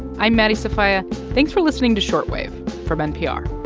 i'm maddie sofia. thanks for listening to short wave from npr